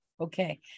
Okay